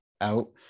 out